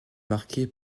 marquée